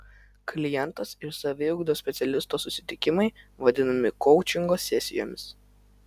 klientas ir saviugdos specialisto susitikimai vadinami koučingo sesijomis